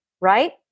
Right